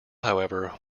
however